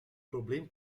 probleem